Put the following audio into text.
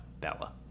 Bella